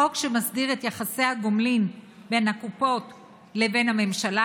החוק שמסדיר את יחסי הגומלין בין הקופות לבין הממשלה,